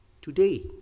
today